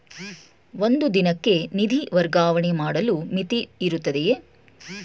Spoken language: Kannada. ಒಂದು ದಿನಕ್ಕೆ ನಿಧಿ ವರ್ಗಾವಣೆ ಮಾಡಲು ಮಿತಿಯಿರುತ್ತದೆಯೇ?